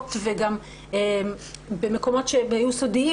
עלובות וגם במקומות שהיו סודיים,